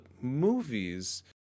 movies